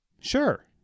Sure